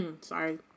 Sorry